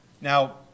Now